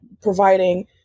providing